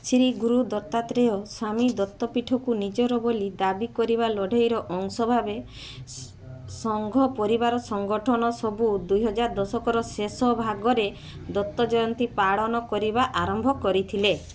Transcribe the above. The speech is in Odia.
ଶ୍ରୀ ଗୁରୁ ଦତ୍ତାତ୍ରେୟ ସ୍ୱାମୀ ଦତ୍ତପୀଠକୁ ନିଜର ବୋଲି ଦାବି କରିବା ଲଢ଼େଇର ଅଂଶ ଭାବେ ସଙ୍ଘ ପରିବାର ସଙ୍ଗଠନ ସବୁ ଦୁଇହଜାର ଦଶକର ଶେଷ ଭାଗରେ ଦତ୍ତ ଜୟନ୍ତୀ ପାଳନ କରିବା ଆରମ୍ଭ କରିଥିଲେ